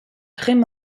créent